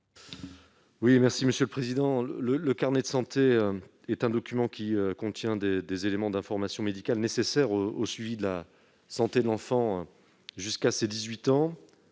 à M. Stéphane Le Rudulier. Le carnet de santé est un document qui contient les éléments d'information médicale nécessaires au suivi de la santé de l'enfant jusqu'à ses 18 ans.